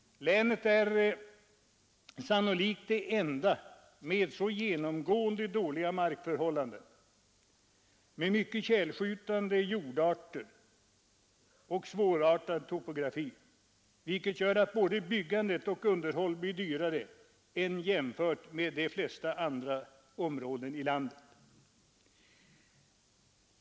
Länet är sannolikt det enda med så genomgående dåliga markförhållanden — med mycket tjälskjutande jordarter och svårartad topografi — vilket gör att både byggandet och underhållet blir dyrare än i de flesta områden i landet.